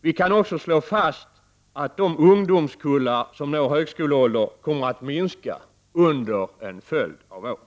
Vi kan också slå fast att de ungdomskullar som når högskoleålder kommer att minska under en följd av år.